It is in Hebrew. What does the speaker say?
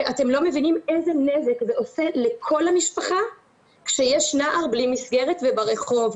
ואתם לא מבינים איזה נזק זה עושה לכל המשפחה כשיש נער בלי מסגרת וברחוב.